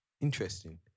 interesting